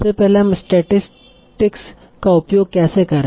सबसे पहले हम स्टेटिस्टिक्स का उपयोग कैसे करे